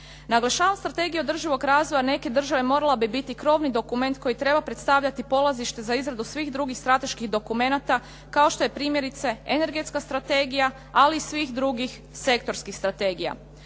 Naglašavam Strategija održivog razvoja neke države morala bi biti krovni dokument koji treba postavljati polazište za izradu svih drugih strateških dokumenata kao što je primjerice Energetska strategija, ali i svih drugih sektorskih strategija.